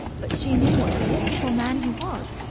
but she knew what a wonderful man he was,